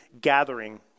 gathering